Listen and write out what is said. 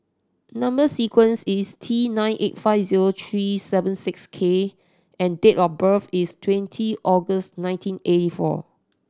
number sequence is T nine eight five zero three seven six K and date of birth is twenty August nineteen eighty four